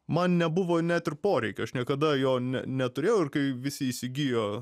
man nebuvo net ir poreikio aš niekada jo ne neturėjau ir kai visi įsigijo